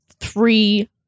three